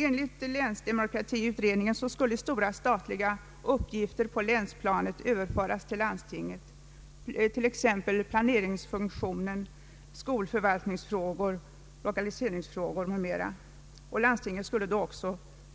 Enligt länsdemokratiutredningen skulle stora statliga uppgifter på länsplanet överföras till landstinget, t.ex. planeringsfunktion för skolförvaltningsfrågor, lokaliseringsfrågor m.m., och landstinget skulle